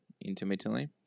intermittently